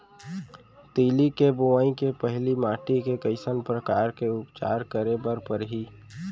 तिलि के बोआई के पहिली माटी के कइसन प्रकार के उपचार करे बर परही?